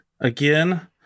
again